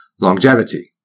Longevity